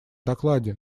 докладе